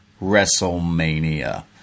WrestleMania